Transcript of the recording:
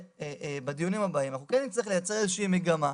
שבדיונים הבאים נצטרך לייצר איזשהו מגמה,